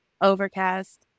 Overcast